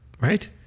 right